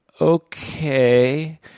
okay